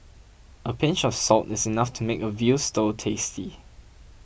a pinch of salt is enough to make a Veal Stew tasty